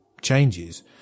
changes